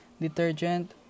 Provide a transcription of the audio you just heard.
Detergent